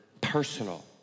personal